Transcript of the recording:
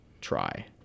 try